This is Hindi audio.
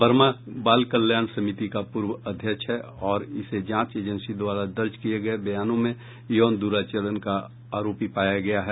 वर्मा बाल कल्याण समिति का पूर्व अध्यक्ष है और इसे जांच एजेंसी द्वारा दर्ज किए गए बयानों में यौन दुराचरण का आरोपी पाया गया है